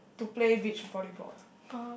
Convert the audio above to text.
to play beach volleyball